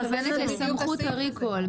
זה סמכות לריקול.